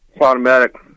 Automatic